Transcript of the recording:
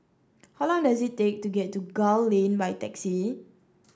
how long does it take to get to Gul Lane by taxi